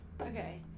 Okay